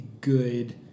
good